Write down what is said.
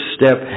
step